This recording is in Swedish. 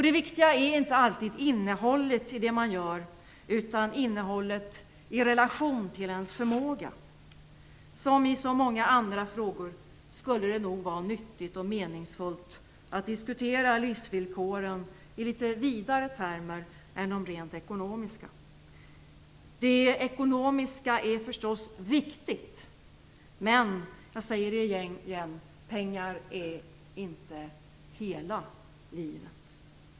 Det viktiga är inte alltid innehållet i det man gör, utan innehållet i relation till ens förmåga. Som i så många andra frågor skulle det då vara nyttigt och meningsfullt att diskutera livsvillkoren i litet vidare termer än de rent ekonomiska. Det ekonomiska är förstås viktigt, men jag säger det igen: Pengar är inte hela livet.